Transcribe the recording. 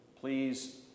Please